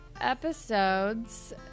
episodes